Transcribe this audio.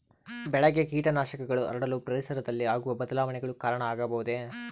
ಬೆಳೆಗೆ ಕೇಟನಾಶಕಗಳು ಹರಡಲು ಪರಿಸರದಲ್ಲಿ ಆಗುವ ಬದಲಾವಣೆಗಳು ಕಾರಣ ಆಗಬಹುದೇ?